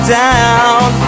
down